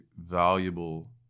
valuable